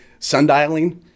sundialing